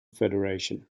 federation